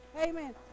Amen